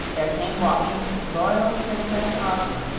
there came walking the royal princess ozma,